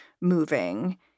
moving –